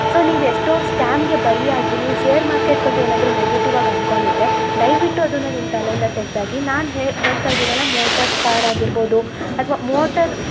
so ನೀವು ಎಷ್ಟೋ ಸ್ಕ್ಯಾಮ್ಗೆ ಬಲಿ ಆಗಿ ನೀವು ಶೇರ್ ಮಾರ್ಕೆಟ್ ಬಗ್ಗೆ ಏನಾದರು ನೆಗೆಟಿವ್ ಆಗಿ ಅನ್ಕೊಂಡಿದ್ದರೆ ದಯವಿಟ್ಟು ಅದನ್ನ ನಿಮ್ಮ ತಲೆಯಿಂದ ತೆಗ್ದು ಹಾಕಿ ನಾನು ಹೇಳ್ತಾ ಇದಿನಲ್ಲಾ ಮೋಟರ್ ಕಾರ್ ಆಗಿರ್ಬೋದು ಅಥ್ವಾ ಮೋಟರ್